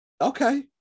Okay